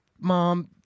Mom